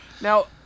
Now